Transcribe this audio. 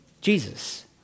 Jesus